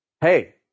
hey